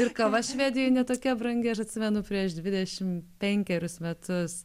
ir kava švedijoj ne tokia brangi aš atsimenu prieš dvidešim penkerius metus